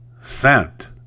sent